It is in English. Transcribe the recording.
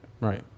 Right